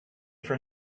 for